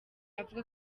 avuga